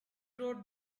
wrote